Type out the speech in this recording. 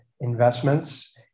investments